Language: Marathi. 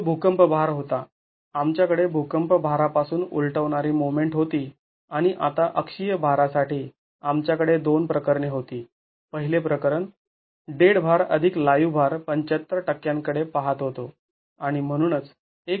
तो भूकंप भार होता आमच्याकडे भूकंप भारा पासून उलटवणारी मोमेंट होती आणि आता अक्षीय भारासाठी आमच्याकडे दोन प्रकरणे होती पहिले प्रकरण डेड भार अधिक लाईव्ह भार ७५ टक्क्यांकडे पाहत होतो